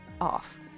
off